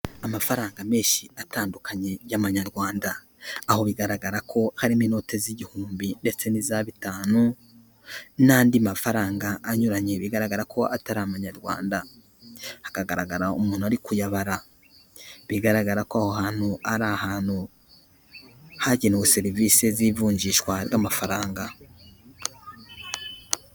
Amafaranga menshi atandukanye y'amanyarwanda, aho bigaragara ko harimo inote z'igihumbi ndetse n'iza bitanu n'andi mafaranga anyuranye bigaragara ko atari abanyarwanda, hakagaragara umuntu uri kuyabara, bigaragara ko aho hantu ari ahantu hagenewe serivise z'ivunjishwa ry'amafaranga.